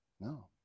No